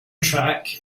track